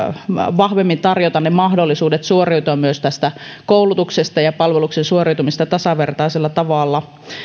vahvemmin tarjota mahdollisuudet suoriutua tästä koulutuksesta ja palveluksen suorittamisesta tasavertaisella tavalla